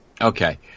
okay